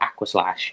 Aquaslash